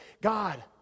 God